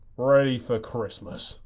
ready for christmas.